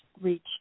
reach